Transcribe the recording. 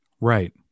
Right